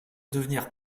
devenir